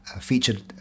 featured